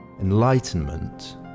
Enlightenment